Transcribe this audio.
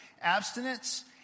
abstinence